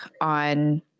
on